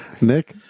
Nick